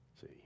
See